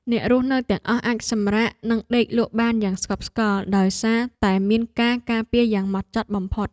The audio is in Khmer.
អ្នករស់នៅទាំងអស់អាចសម្រាកនិងដេកលក់បានយ៉ាងស្កប់ស្កល់ដោយសារតែមានការការពារយ៉ាងម៉ត់ចត់បំផុត។